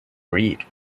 breed